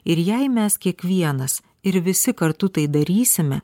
ir jei mes kiekvienas ir visi kartu tai darysime